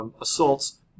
Assaults